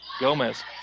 Gomez